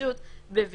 בהיוועדות חזותית,